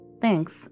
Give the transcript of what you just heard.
Thanks